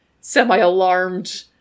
semi-alarmed